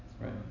Right